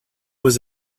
was